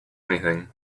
anything